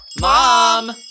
Mom